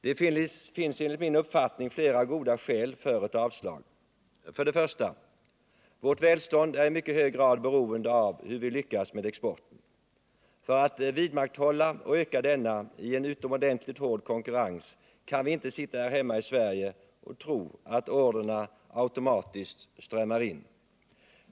Det finns enligt min mening flera goda skäl för ett avslag: 1. Vårt välstånd är i mycket hög grad beroende av hur vi lyckas med exporten. För att vidmakthålla och öka denna i en utomordentligt hård konkurrens kan vi inte sitta här hemma i Sverige och tro att orderna automatiskt strömmar in.